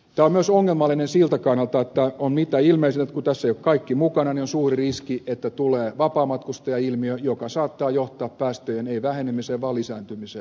tämä on ongelmallinen myös siltä kannalta että on mitä ilmeisintä että kun tässä eivät ole kaikki mukana niin on suuri riski että tulee vapaamatkustajailmiö joka saattaa johtaa päästöjen ei vähenemiseen vaan lisääntymiseen